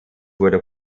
wurde